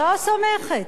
לא סומכת.